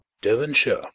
Devonshire